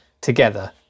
together